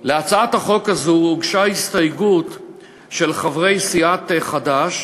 להצעת החוק הוגשה הסתייגות של חברי סיעת חד"ש,